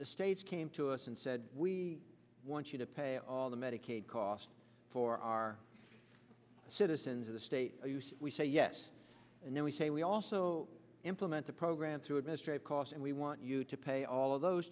the states came to us and said we want you to pay all the medicaid costs for our citizens of the state we say yes and then we say we also implement the program through administrative costs and we want you to pay all of those